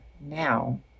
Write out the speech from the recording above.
now